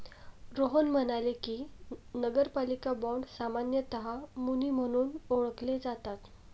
रोहन म्हणाले की, नगरपालिका बाँड सामान्यतः मुनी म्हणून ओळखले जातात